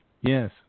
Yes